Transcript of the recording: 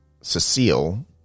Cecile